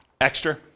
extra